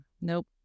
Nope